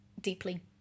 deeply